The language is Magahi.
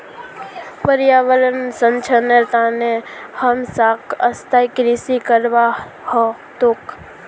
पर्यावन संरक्षनेर तने हमसाक स्थायी कृषि करवा ह तोक